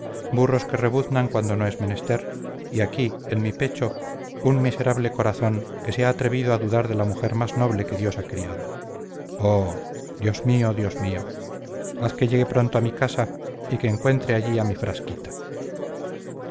burros que rebuznan cuando no es menester y aquí en mi pecho un miserable corazón que se ha atrevido a dudar de la mujer más noble que dios ha criado oh dios mío dios mío haz que llegue pronto a mi casa y que encuentre allí a mi frasquita